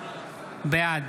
בעד